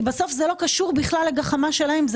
זה לא קשור לגחמה שלהם,